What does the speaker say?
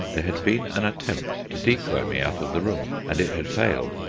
there had been an attempt to decoy me out of the room, and it had failed.